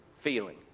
feeling